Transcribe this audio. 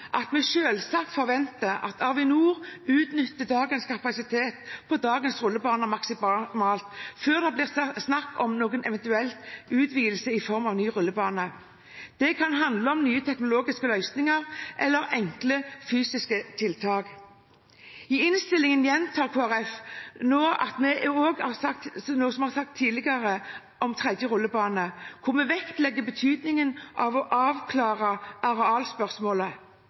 at vi selvsagt forventer at Avinor utnytter dagens kapasitet på dagens rullebaner maksimalt før det blir snakk om noen eventuell utvidelse i form av ny rullebane. Det kan handle om nye teknologiske løsninger eller enkle fysiske tiltak. I innstillingen gjentar Kristelig Folkeparti det vi også har sagt tidligere om en tredje rullebane, hvor vi vektlegger betydningen av å avklare arealspørsmålet.